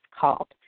called